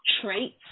traits